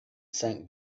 sank